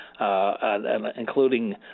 including